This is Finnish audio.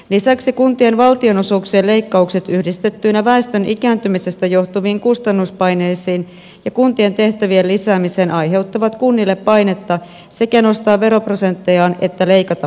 lisäksi kuntien valtionosuuksien leikkaukset yhdistettyinä väestön ikääntymisestä johtuviin kustannuspaineisiin ja kuntien tehtävien lisäämiseen aiheuttavat kunnille painetta sekä nostaa veroprosenttejaan että leikata palveluista